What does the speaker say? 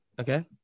okay